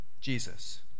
Jesus